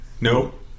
Nope